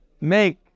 make